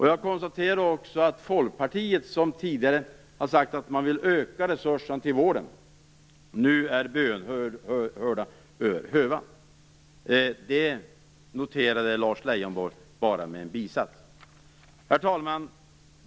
Jag konstaterar också att Folkpartiet, som tidigare har sagt att man vill öka resurserna till vården, nu är bönhört över hövan. Det noterade Lars Leijonborg bara med en bisats. Herr talman!